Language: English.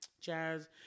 jazz